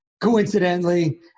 coincidentally